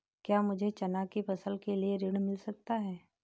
क्या मुझे चना की फसल के लिए ऋण मिल सकता है?